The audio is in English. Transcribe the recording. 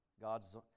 God's